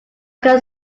can